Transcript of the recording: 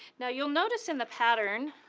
now you'll notice in the pattern,